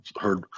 heard